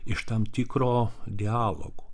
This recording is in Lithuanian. iš tam tikro dialogo